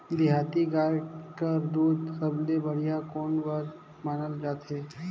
देहाती गाय कर दूध सबले बढ़िया कौन बर मानल जाथे?